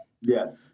Yes